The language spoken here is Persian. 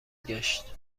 گشت